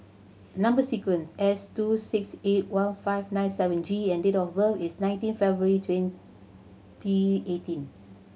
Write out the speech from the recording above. number sequence S two six eight one five nine seven G and date of birth is nineteen February twenty eighteen